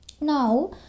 now